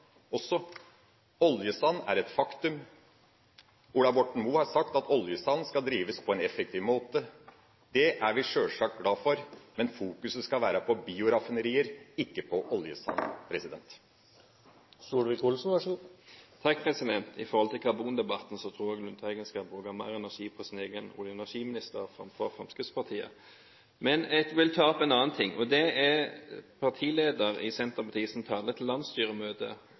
også knyttet til oljesand. Oljesand er et faktum. Ola Borten Moe har sagt at oljesandprosjekter skal drives på en effektiv måte. Det er vi sjølsagt glad for. Men fokuset skal være på bioraffinerier – ikke på oljesand. Når det gjelder karbondebatten, tror jeg Lundteigen skal bruke mer energi på sin egen olje- og energiminister enn på Fremskrittspartiet. Men jeg vil ta opp en annen ting, og det er talen til Senterpartiets partileder til landsstyremøtet i Senterpartiet